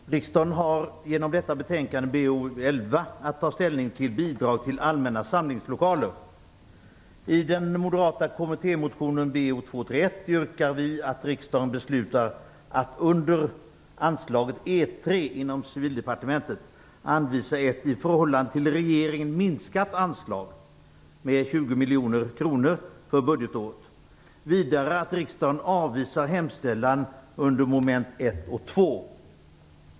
Herr talman! Riksdagen har genom detta betänkande, BoU11, att ta ställning till bidrag till allmänna samlingslokaler. I den moderata kommittémotionen, Bo231, yrkar vi att riksdagen beslutar att under anslaget E3 inom Civildepartementet anvisa ett i förhållande till regeringens förslag minskat anslag med 20 miljoner kronor för budgetåret. Vidare yrkar vi att riksdagen avvisar hemställan under mom. 1 och 2.